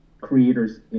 creators